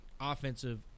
offensive